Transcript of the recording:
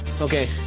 Okay